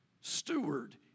steward